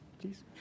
please